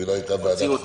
והיא לא הייתה ועדת חוקה.